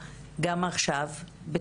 והשאלה שלי,